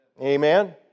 Amen